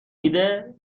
میده